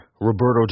Roberto